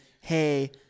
hey